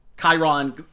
Chiron